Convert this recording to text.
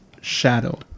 shadow